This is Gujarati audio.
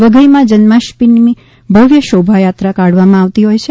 વઘઇમાં જન્માષ્ટમીની ભવ્ય શોભાયાત્રા કાઢવામાં આવતી હોય છે